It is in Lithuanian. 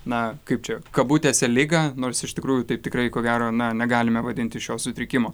na kaip čia kabutėse ligą nors iš tikrųjų taip tikrai ko gero na negalime vadinti šio sutrikimo